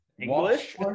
English